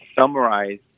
summarize